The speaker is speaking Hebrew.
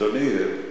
אדוני,